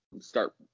start